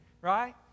right